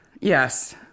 Yes